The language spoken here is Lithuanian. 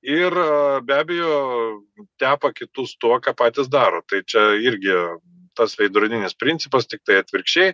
ir be abejo tepa kitus tuo ką patys daro tai čia irgi tas veidrodinis principas tiktai atvirkščiai